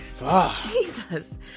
Jesus